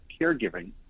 Caregiving